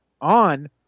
on